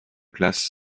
classe